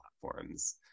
platforms